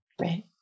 right